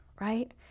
right